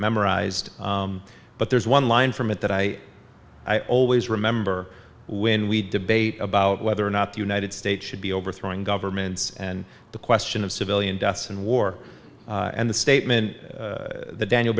memorized but there's one line from it that i i always remember when we debate about whether or not the united states should be overthrowing governments and the question of civilian deaths and war and the statement that daniel